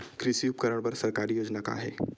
कृषि उपकरण बर सरकारी योजना का का हे?